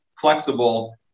flexible